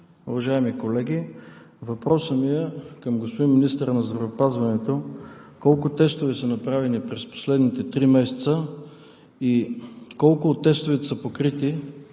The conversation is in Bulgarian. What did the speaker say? уважаеми колеги! Въпросите ми към господин министъра на здравеопазването са: колко тестове са направени през последните три месеца и колко от тестовете са покрити